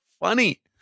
Funny